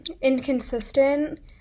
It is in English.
inconsistent